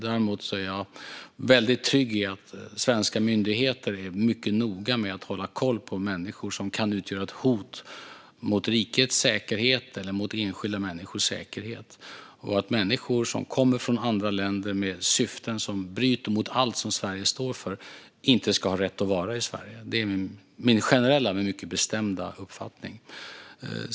Däremot är jag väldigt trygg i att svenska myndigheter är mycket noga med att hålla koll på människor som kan utgöra ett hot mot rikets säkerhet eller mot enskilda människors säkerhet. Och att människor som kommer från andra länder med syften som bryter mot allt som Sverige står för inte ska ha rätt att vara i Sverige är min generella men mycket bestämda uppfattning.